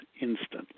instantly